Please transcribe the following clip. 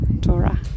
Torah